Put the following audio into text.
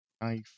Knife